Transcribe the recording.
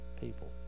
people